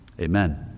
Amen